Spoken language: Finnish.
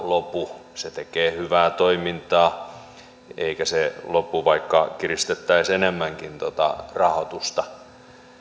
lopu se tekee hyvää toimintaa eikä se lopu vaikka kiristettäisiin enemmänkin tuota rahoitusta